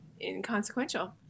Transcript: inconsequential